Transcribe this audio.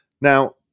Now